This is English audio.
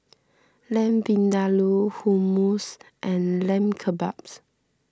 Lamb Vindaloo Hummus and Lamb Kebabs